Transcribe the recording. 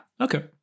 Okay